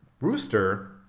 rooster